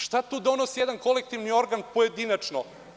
Šta tu donosi jedan kolektivni organ pojedinačno?